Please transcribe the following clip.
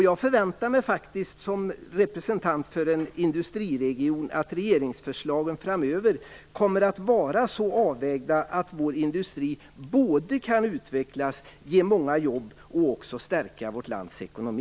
Jag förväntar mig som representant för en industriregion att regeringsförslagen framöver kommer vara så avvägda att vår industri både kan utvecklas, ge många jobb och också stärka vårt lands ekonomi.